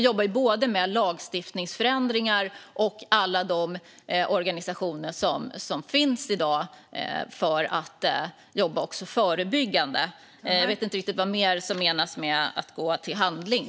Vi jobbar både med lagstiftningsförändringar och med alla de organisationer som finns i dag för att jobba förebyggande. Jag vet inte riktigt vad mer som menas med att gå till handling.